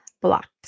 blocked